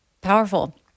Powerful